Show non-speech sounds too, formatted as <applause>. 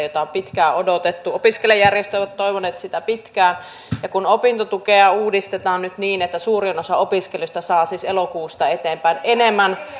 <unintelligible> jota on pitkään odotettu opiskelijajärjestöt ovat toivoneet sitä pitkään ja opintotukea uudistetaan nyt niin että suurin osa opiskelijoista saa siis elokuusta eteenpäin enemmän